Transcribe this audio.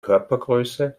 körpergröße